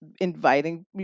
inviting